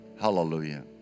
Hallelujah